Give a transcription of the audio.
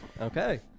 Okay